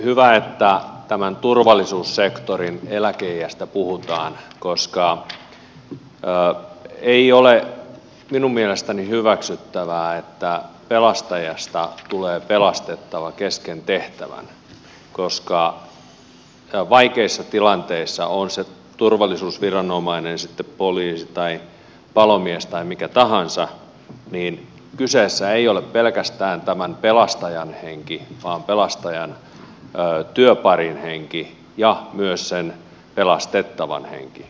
hyvä että turvallisuussektorin eläkeiästä puhutaan koska ei ole minun mielestäni hyväksyttävää että pelastajasta tulee pelastettava kesken tehtävän koska vaikeissa tilanteissa on se turvallisuusviranomainen sitten poliisi tai palomies tai mikä tahansa kyseessä ei ole pelkästään tämän pelastajan henki vaan myös pelastajan työparin henki ja sen pelastettavan henki